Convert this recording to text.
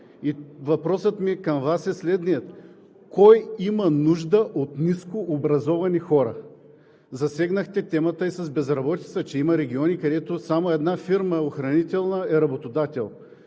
въпросът ми към Вас е следният: кой има нужда от нискообразовани хора? Засегнахте темата и с безработицата – че има региони, където само една охранителна фирма е работодател.